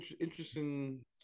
interesting